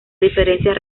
diferencias